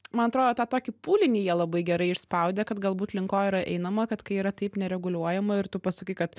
man atrodo tą tokį pūlinį jie labai gerai išspaudė kad galbūt link ko yra einama kad kai yra taip nereguliuojama ir tu pasakai kad